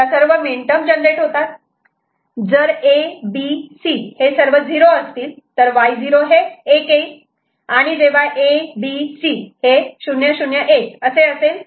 जर A B C हे सर्व 0 असतील तर Y0 हे 1 येईल आणि जेव्हा A B C हे 001 असेल तेव्हा Y1 1 असेल